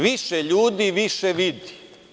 Više ljudi više vidi.